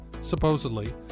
supposedly